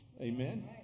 Amen